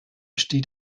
steht